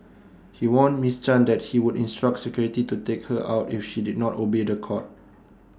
he warned miss chan that he would instruct security to take her out if she did not obey The Court